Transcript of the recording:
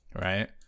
right